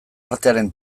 artearen